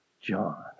John